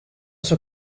sua